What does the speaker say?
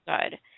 good